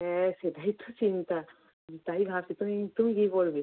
হ্যাঁ সেটাই তো চিন্তা আমি তাই ভাবছি তুমি তুমি কী পরবে